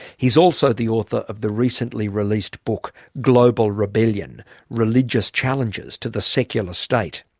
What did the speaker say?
he's also the author of the recently released book global rebellion religious challenges to the secular state.